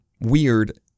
Weird